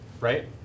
right